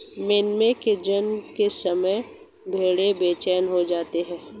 मेमने के जन्म के समय भेड़ें बेचैन हो जाती हैं